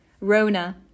Rona